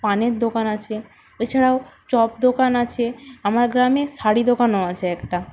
পানের দোকান আছে এছাড়াও চপ দোকান আছে আমার গ্রামে শাড়ি দোকানও আছে একটা